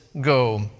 go